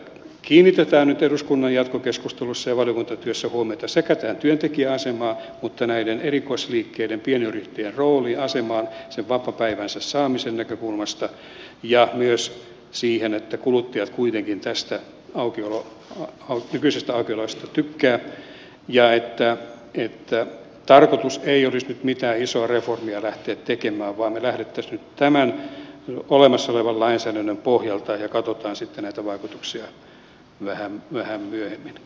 kiinnitetään nyt eduskunnan jatkokeskusteluissa ja valiokuntatyössä huomiota sekä tähän työntekijän asemaan että näiden erikoisliikkeiden pienyrittäjien rooliin asemaan sen vapaapäivänsä saamisen näkökulmasta ja myös siihen että kuluttajat kuitenkin näistä nykyisistä aukioloajoista tykkäävät ja että tarkoitus ei olisi nyt mitään isoa reformia lähteä tekemään vaan me lähtisimme nyt tämän olemassa olevan lainsäädännön pohjalta ja katsomme sitten näitä vaikutuksia vähän myöhemmin